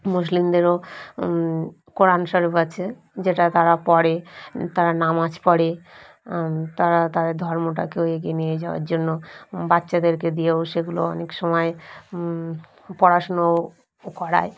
মুসলিমদেরও কোরান শরিফ আছে যেটা তারা পড়ে তারা নামাজ পড়ে তারা তাদের ধর্মটাকেও এগিয়ে নিয়ে যাওয়ার জন্য বাচ্চাদেরকে দিয়েও সেগুলো অনেক সময় পড়াশুনো করায়